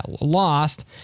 lost